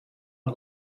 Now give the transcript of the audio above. het